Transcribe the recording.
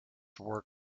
work